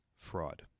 fraud